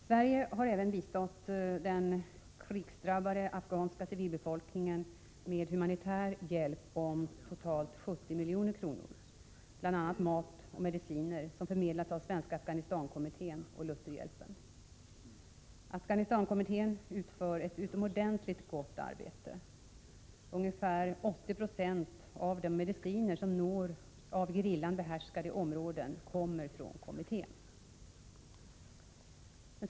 Sverige har även bistått den krigsdrabbade afghanska civilbefolkningen med humanitär hjälp om totalt 70 milj.kr., bl.a. mat och mediciner, som förmedlats av Svenska Afghanistankommittén och Lutherhjälpen. Afghanistankommittén utför ett utomordentligt gott arbete. Ungefär 80 96 av de mediciner som når av gerillan behärskade områden kommer från kommittén.